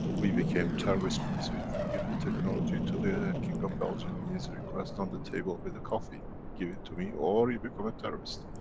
we became terrorist because we didn't and give the technology to the king of belgium in his request on the table with the coffee. you give it to me or you become a terrorist.